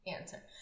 answer